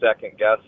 second-guess